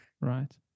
right